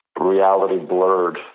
reality-blurred